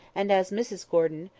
and, as mrs gordon,